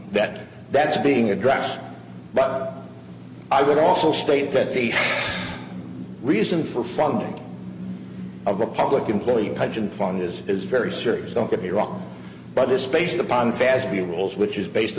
that that's being addressed but i would also state that the reason for funding of a public employee pension fund is is very serious don't get me wrong but this based upon fast buells which is based